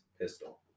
Pistol